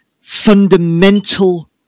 fundamental